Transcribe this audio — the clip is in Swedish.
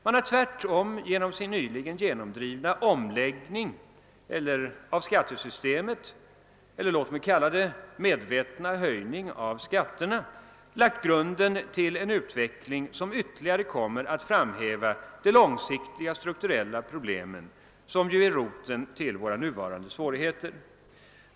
Man 'har tvärtom genom sin nyligen genomdrivna omläggning av skattesystemet — eller låt mig kalla det sin medvetna höjning av skatterna — lagt grunden till en utveckling, som ytterligare kommer att framhäva de långsiktiga strukturella problem som är roten till våra nuvarande svårigheter.